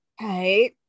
Right